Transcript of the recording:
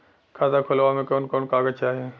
खाता खोलवावे में कवन कवन कागज चाही?